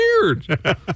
weird